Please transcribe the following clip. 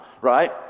right